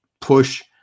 push